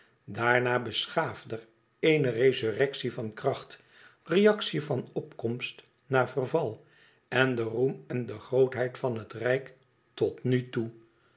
daarna beschaafder eene resurrectie van kracht reactie van opkomst na verval en de roem en de grootheid van het rijk tot nu toe